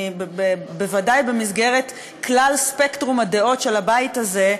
בוודאי במסגרת כלל ספקטרום הדעות של הבית הזה,